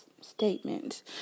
statement